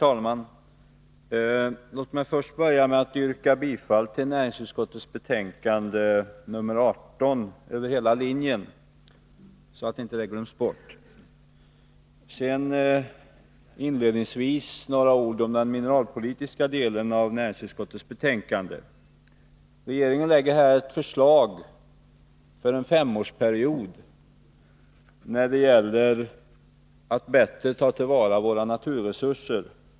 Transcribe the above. Fru talman! Låt mig börja med att yrka bifall till näringsutskottets hemställan under samtliga punkter i betänkande nr 18, så att inte detta glöms bort. Sedan vill jag inledningsvis säga några ord om den mineralpolitiska delen av betänkandet. Regeringen lägger här fram ett förslag för en femårsperiod när det gäller att bättre ta till vara våra naturresurser.